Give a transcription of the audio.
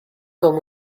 con